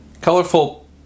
colorful